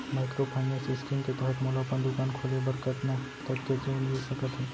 Microfinance scheme के तहत मोला अपन दुकान खोले बर कतना तक के ऋण मिलिस सकत हे?